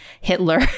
hitler